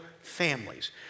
families